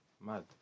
mad